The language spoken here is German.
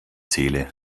seele